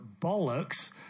bollocks